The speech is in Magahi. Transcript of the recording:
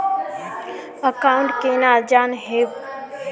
अकाउंट केना जाननेहव?